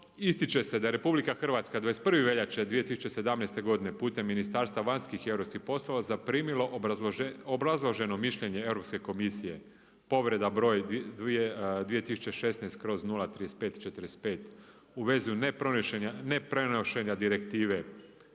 ističe se da je RH 21. veljače 2017. godine putem Ministarstva vanjskih i europskih poslova zaprimilo obrazloženo mišljenje Europske komisije, povreda 2016/035/45 u vezi ne prenošenja direktive